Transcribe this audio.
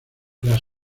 las